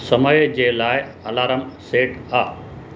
समय जे लाइ अलारम सेट आहे